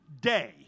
day